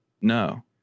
No